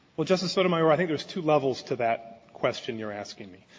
well, justice sotomayor, i think there's two levels to that question you're asking me.